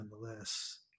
nonetheless